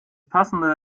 passende